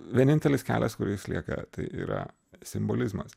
vienintelis kelias kuris lieka tai yra simbolizmas